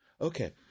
Okay